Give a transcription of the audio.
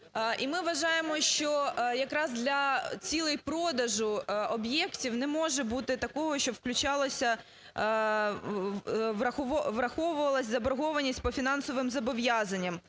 ми вважаємо, що якраз для цілей продажу об'єктів не може бути такого, щоб включалось… враховувалася заборгованість по фінансовим зобов'язанням